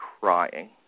crying